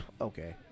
okay